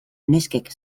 neskek